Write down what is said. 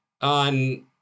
on